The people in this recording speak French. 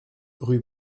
rue